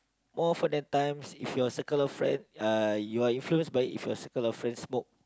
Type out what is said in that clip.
all for the times if your circle of friend uh you are influenced by if your circle of friends smoke